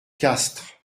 castres